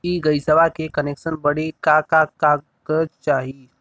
इ गइसवा के कनेक्सन बड़े का का कागज चाही?